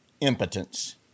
impotence